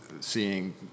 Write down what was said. seeing